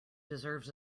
deserves